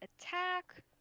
attack